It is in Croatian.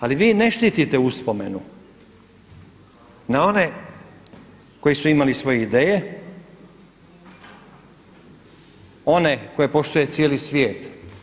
Ali vi ne štitite uspomenu na one koji su imali svoje ideje, one koje poštuje cijeli svijet.